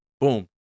boom